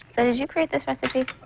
so did you create this recipe?